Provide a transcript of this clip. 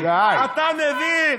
אתה מבין?